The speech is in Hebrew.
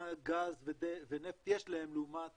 קטאר היא כמו נורבגיה בהקשר של כמה גז ונפט יש להם לעומת